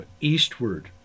eastward